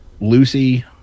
lucy